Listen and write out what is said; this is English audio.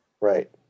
Right